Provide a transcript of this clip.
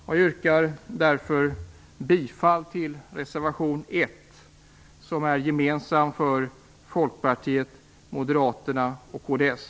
Jag yrkar därför bifall till reservation 1 som är gemensam för Folkpartiet, Moderaterna och kds.